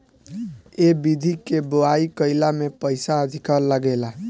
ए विधि के बोआई कईला में पईसा अधिका लागेला